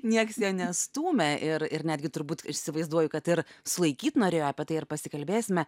nieks nestūmė ir ir netgi turbūt ir įsivaizduoju kad ir sulaikyt norėjo apie tai ir pasikalbėsime